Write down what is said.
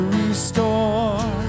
restore